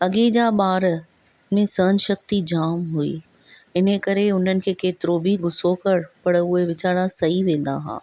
अॻे जा ॿारनि में सहन शक्ति जाम हुई इन करे उन्हनि खे केतिरो बि गुसो कयो पर उहे वेचारा सही वेंदा हुआ